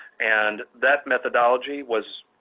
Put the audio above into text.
and that methodology was,